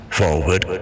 forward